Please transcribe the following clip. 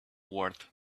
worth